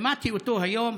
שמעתי אותו היום